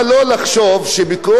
למשל יש מדינות,